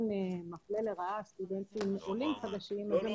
מפלה לרעה סטודנטים עולים חדשים --- לא,